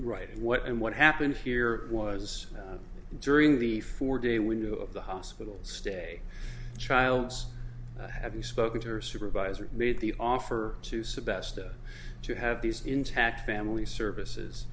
right what and what happened here was during the four day window of the hospital stay childs have you spoken to her supervisor made the offer to suggest to have these intact family services